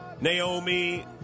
Naomi